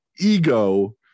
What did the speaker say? ego